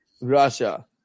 Russia